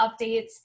updates